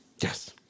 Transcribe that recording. Yes